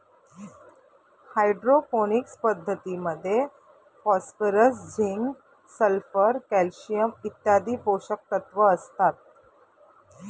hydroponics पद्धतीमध्ये phosphorus, zinc, sulphur, calcium इत्यादी पोषकतत्व असतात